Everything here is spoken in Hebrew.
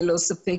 ללא ספק,